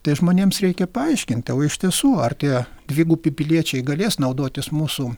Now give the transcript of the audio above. tai žmonėms reikia paaiškinti o iš tiesų ar tie dvigubi piliečiai galės naudotis mūsų